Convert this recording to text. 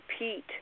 repeat